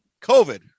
COVID